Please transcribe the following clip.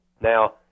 Now